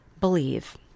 believe